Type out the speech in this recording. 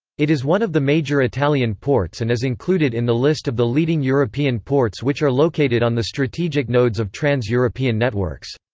it is one of the major italian ports and is included in the list of the leading european ports which are located on the strategic nodes of trans-european networks.